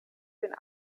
den